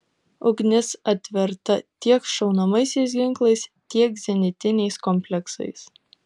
ugnis atverta tiek šaunamaisiais ginklais tiek zenitiniais kompleksais